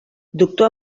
doctor